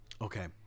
Okay